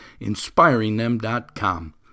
InspiringThem.com